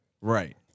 Right